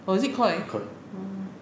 oh is it koi mm